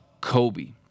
Kobe